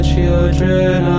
Children